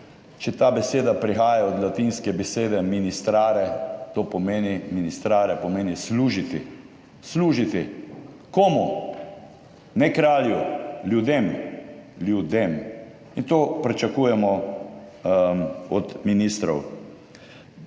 če ta beseda prihaja od latinske besede ministrare, to pomeni, ministrare pomeni služiti. Služiti komu? Ne kralju, ljudem, in to pričakujemo od ministrov.